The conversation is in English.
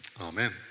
Amen